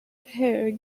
her